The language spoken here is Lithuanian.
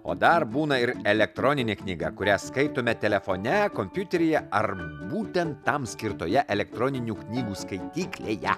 o dar būna ir elektroninė knyga kurią skaitome telefone kompiuteryje ar būtent tam skirtoje elektroninių knygų skaityklėje